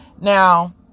Now